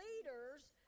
leaders